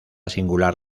singular